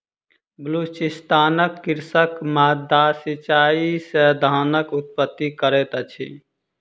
बलुचिस्तानक कृषक माद्दा सिचाई से धानक उत्पत्ति करैत अछि